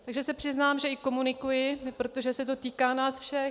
Takže se přiznám, že s nimi i komunikuji, protože se to týká nás všech.